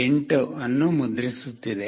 8 ಅನ್ನು ಮುದ್ರಿಸುತ್ತಿದೆ